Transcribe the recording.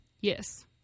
yes